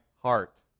heart